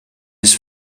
his